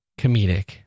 comedic